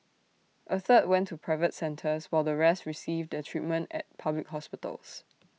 A third went to private centres while the rest received their treatment at public hospitals